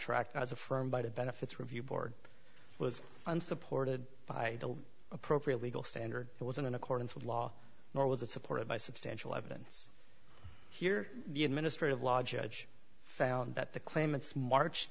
tract as affirmed by the benefits review board was unsupported by the appropriate legal standard it was in accordance with law nor was it supported by substantial evidence here the administrative law judge found that the claimants march